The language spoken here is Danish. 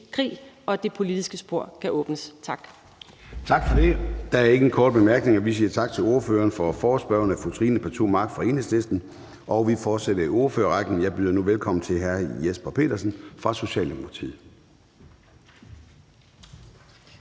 krig, og at det politiske spor kan åbnes. Tak.